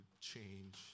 change